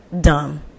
dumb